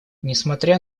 несмотря